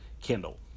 Kindle